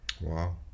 Wow